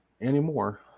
anymore